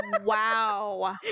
wow